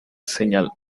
señal